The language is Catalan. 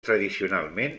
tradicionalment